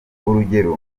urugero